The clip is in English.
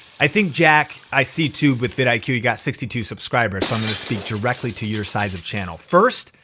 i think jack, i see tube with fit iq you got sixty two subscribers. so i'm gonna speak directly to your size of channel. first,